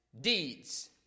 deeds